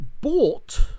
bought